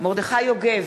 מרדכי יוגב,